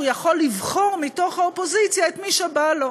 יכול לבחור מתוך האופוזיציה את מי שבא לו.